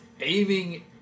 aiming